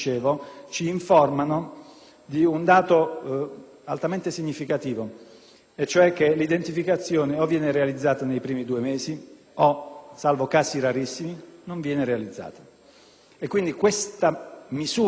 l'identificazione viene realizzata nei primi due mesi o, salvo casi rarissimi, non viene realizzata. Quindi, questa misura custodiale, questa galera amministrativa è inutile,